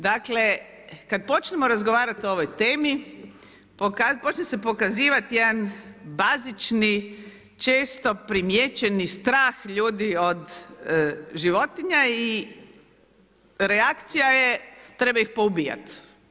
Dakle, kada počnemo razgovarati o ovoj temi počne se pokazivati jedan bazični često primijećeni strah ljudi od životinja i reakcija je treba ih poubijat.